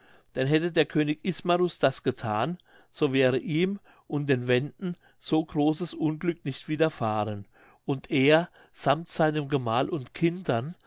denn hätte der könig ismarus das gethan so wäre ihm und den wenden so großes unglück nicht widerfahren und er sammt seinem gemahl und kindern